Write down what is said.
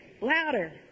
Louder